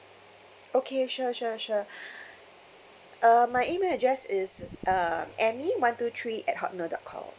okay sure sure sure uh my email address is uh amy one two three at hotmail dot com